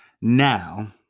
Now